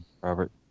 Robert